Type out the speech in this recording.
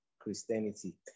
Christianity